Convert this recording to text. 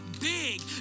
big